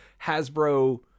Hasbro